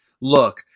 look